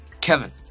Kevin